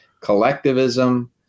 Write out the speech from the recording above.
collectivism